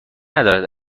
ندارد